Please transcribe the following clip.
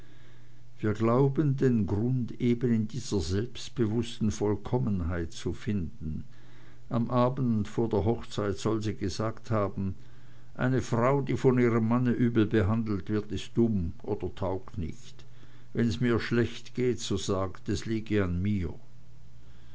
wir glauben den grund eben in dieser ihrer selbstbewußten vollkommenheit zu finden am abend vor der hochzeit soll sie gesagt haben eine frau die von ihrem manne übel behandelt wird ist dumm oder taugt nicht wenn's mir schlecht geht so sagt es liege an mir